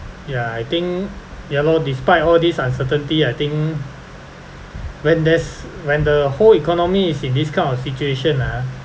ya I think ya lor despite all this uncertainty I think when there's when the whole economy is in this kind of situation ah